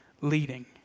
leading